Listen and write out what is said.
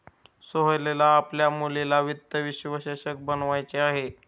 सोहेलला आपल्या मुलीला वित्त विश्लेषक बनवायचे आहे